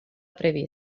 previst